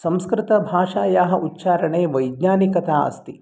संस्कृतभाषायाः उच्चारणे वैज्ञानिकता अस्ति